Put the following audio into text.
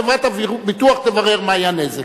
חברת הביטוח תברר מה היה הנזק.